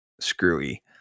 screwy